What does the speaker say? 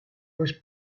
was